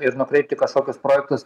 ir nukreipt į kažkokius projektus